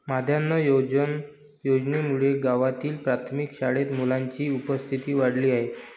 माध्यान्ह भोजन योजनेमुळे गावातील प्राथमिक शाळेत मुलांची उपस्थिती वाढली आहे